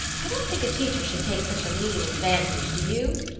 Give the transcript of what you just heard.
i don't think a teacher should take such a mean advantage, do you?